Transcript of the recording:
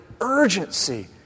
urgency